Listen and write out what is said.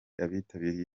abitabiriye